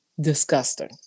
Disgusting